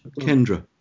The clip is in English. Kendra